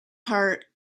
heart